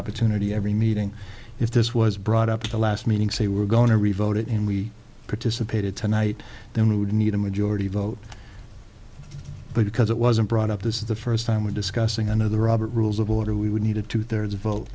opportunity every meeting if this was brought up to the last meeting say we're going to revote it and we participated tonight then we would need a majority vote but because it wasn't brought up this is the first time we're discussing under the robert rules of order we would need a two thirds vote